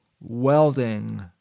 welding